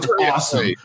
awesome